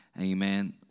Amen